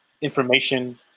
information